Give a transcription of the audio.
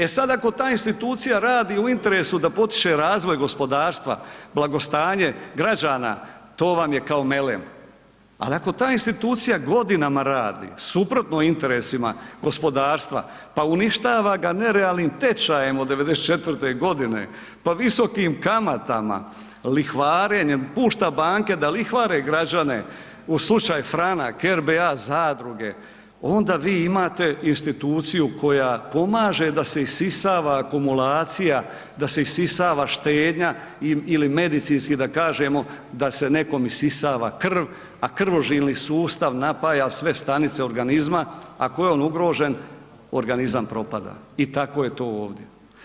E sad ako ta institucija radi u interesu da potiče razvoj gospodarstva, blagostanje građana, to vam je kao melem, ali ako ta institucija godinama radi suprotno interesima gospodarstva, pa uništava ga nerealnim tečajem od '94. godine, pa visokim kamatama, lihvarenjem, pušta banke da lihvare građane u slučaj Franak, RBA zadruge onda vi imate instituciju koja pomaže da se isisava akumulacija, da se isisava štednja ili medicinski da kažemo da se nekom isisava krv, a krvožilni sustav napaja sve stanice organizma, ako je on ugrožen organizam propada i tako je to ovdje.